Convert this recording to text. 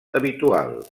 habitual